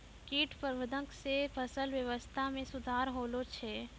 कीट प्रबंधक से फसल वेवस्था मे सुधार होलो छै